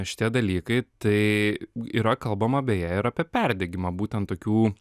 šitie dalykai tai yra kalbama beje ir apie perdegimą būtent tokių